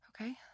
Okay